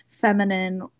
feminine